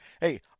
hey